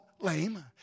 lame